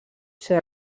ser